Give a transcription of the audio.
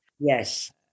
Yes